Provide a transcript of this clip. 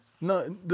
No